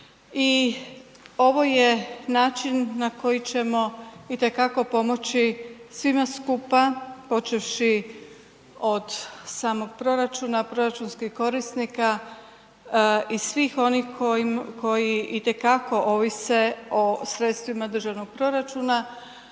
i ovo je način na koji ćemo itekako pomoći svima skupa, počevši od samog proračuna, proračunskih korisnika i svih onih koji itekako ovise o sredstvima državnog proračuna,